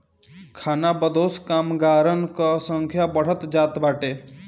खानाबदोश कामगारन कअ संख्या बढ़त जात बाटे